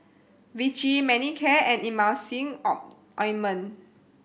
Vichy Manicare and Emulsying O ointment